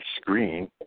screen